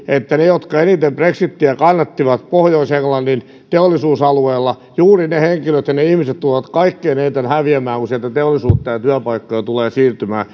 että ne jotka eniten brexitiä kannattivat pohjois englannin teollisuusalueella juuri ne henkilöt ne ihmiset tulevat kaikkein eniten häviämään kun sieltä teollisuutta ja työpaikkoja tulee siirtymään